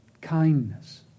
Kindness